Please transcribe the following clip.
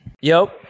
Yo